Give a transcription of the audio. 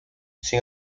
sin